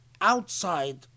outside